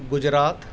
Gujarat